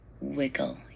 wiggle